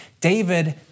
David